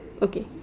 okay